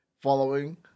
following